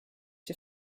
you